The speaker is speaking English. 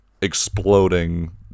exploding